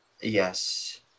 Yes